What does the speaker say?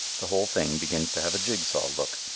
the whole thing begins to have a jigsaw look,